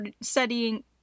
studying